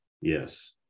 Yes